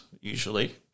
usually